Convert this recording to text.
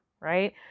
right